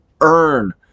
earn